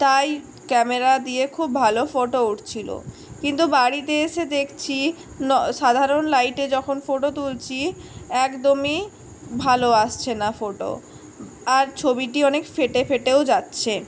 তাই ক্যামেরা দিয়ে খুব ভালো ফোটো উঠছিল কিন্তু বাড়িতে এসে দেখছি সাধারণ লাইটে যখন ফোটো তুলছি একদমই ভালো আসছে না ফোটো আর ছবিটি অনেক ফেটে ফেটেও যাচ্ছে